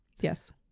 Yes